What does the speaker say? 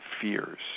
fears